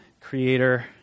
creator